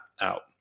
out